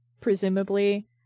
presumably